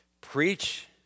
Preach